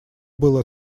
было